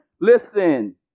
Listen